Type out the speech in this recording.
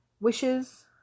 wishes